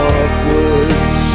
upwards